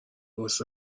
واسه